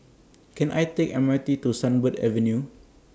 Can I Take M R T to Sunbird Avenue